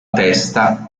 testa